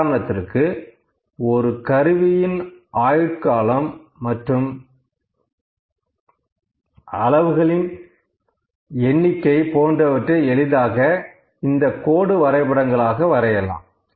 உதாரணத்திற்கு ஒரு கருவியின் ஆயுட்காலம் மற்றும் குறைகளின் எண்ணிக்கை போன்றவற்றை எளிதாக இந்த கோடு வரைபடங்கள் ஆக வரையலாம்